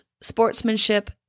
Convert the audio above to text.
sportsmanship